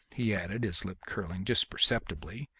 he added, his lip curling just perceptibly,